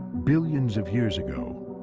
billions of years ago,